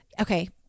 okay